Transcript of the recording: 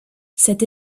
cette